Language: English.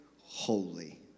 holy